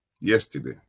yesterday